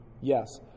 Yes